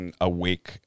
awake